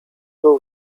był